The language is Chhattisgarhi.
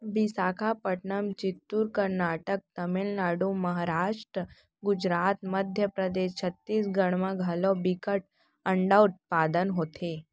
बिसाखापटनम, चित्तूर, करनाटक, तमिलनाडु, महारास्ट, गुजरात, मध्य परदेस, छत्तीसगढ़ म घलौ बिकट अंडा उत्पादन होथे